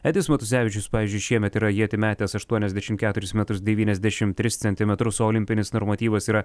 edis matusevičius pavyzdžiui šiemet yra ietį metęs aštuoniasdešimt keturis metrus devyniasdešimt tris centimetrus o olimpinis normatyvas yra